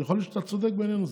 יכול להיות שאתה צודק בעניין הזה.